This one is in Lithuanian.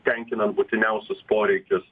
tenkinant būtiniausius poreikius